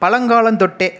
பழங்காலந்தொட்டு